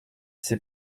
s’est